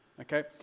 Okay